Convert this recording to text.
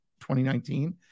2019